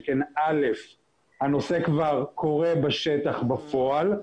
שכן הנושא כבר קורה בפועל בשטח,